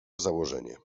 założenie